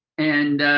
and